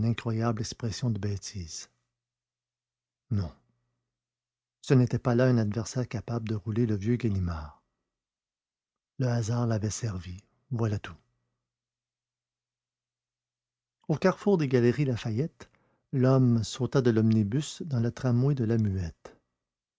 incroyable expression de bêtise non ce n'était pas là un adversaire capable de rouler le vieux ganimard le hasard l'avait servi voilà tout au carrefour des galeries lafayette l'homme sauta de l'omnibus dans le tramway de la muette